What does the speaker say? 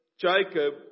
Jacob